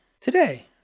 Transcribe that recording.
today